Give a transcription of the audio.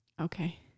Okay